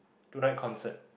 two night concert